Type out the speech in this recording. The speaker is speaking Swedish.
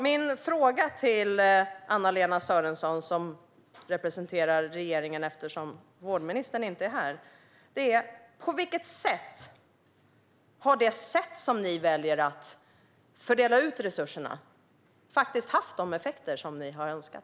Min fråga till Anna-Lena Sörenson, som representerar regeringen eftersom vårdministern inte är här, är: På vilket sätt har ert sätt att fördela ut resurserna faktiskt haft de effekter som ni har önskat?